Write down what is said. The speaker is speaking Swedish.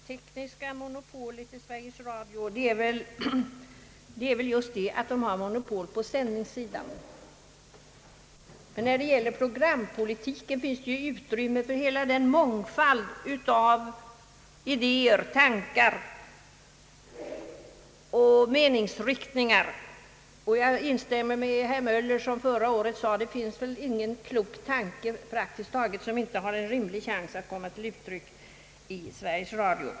Herr talman! Sveriges Radio är ett tekniskt monopol, därmed avsåg jag sändningssidan. I programpolitiken finns det utrymme för en mångfald idé er, tankar och meningsriktningar. Jag instämmer med herr Möller som förra året yttrade att det väl praktiskt taget inte finns någon klok tanke som inte har en rimlig chans att komma till uttryck i Sveriges Radio.